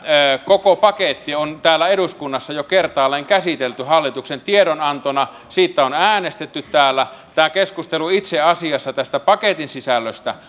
koko paketti on täällä eduskunnassa jo kertaalleen käsitelty hallituksen tiedonantona siitä on äänestetty täällä tämä keskustelu itse asiassa tästä paketin sisällöstä